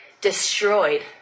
destroyed